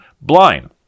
blind